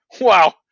wow